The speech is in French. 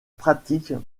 pratique